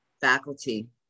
faculty